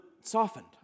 softened